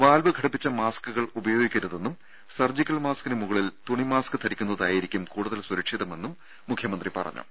valve ഘടിപ്പിച്ച മാസ്കുകൾ ഉപയോഗിക്കരുതെന്നും സർജിക്കൽ മാസ്കിന് മുകളിൽ തുണി മാസ്ക് ധരിക്കുന്നതായിരിക്കും കൂടുതൽ സുരക്ഷിതമെന്നും മുഖ്യമന്ത്രി പറഞ്ഞു